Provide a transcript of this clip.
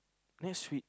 next week